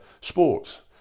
sports